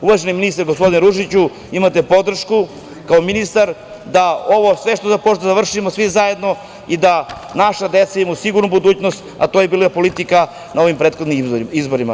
Uvaženi ministre, gospodine Ružiću, imate podršku kao ministar da ovo sve završimo svi zajedno i da naša deca imaju sigurnu budućnost, a to je i bila politika na ovim prethodnim izborima.